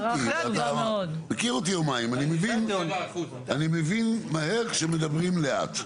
אתה מכיר אותי יומיים, אני מבין מהר כשמדברים לאט.